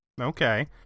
Okay